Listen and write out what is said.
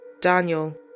Daniel